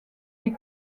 des